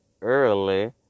early